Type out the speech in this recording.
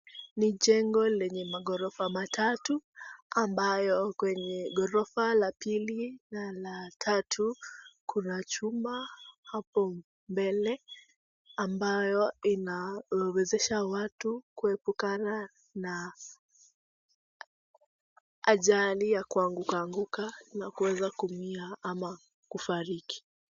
Ni jengo lenye maghorofa matatu ambayo kwenye ghorofa la pili na la tatu, kuna chuma hapo mbele ambayo inawezesha watu kuepukana na ajali ya kuanguka anguka na kuweza kuumia au kufariki.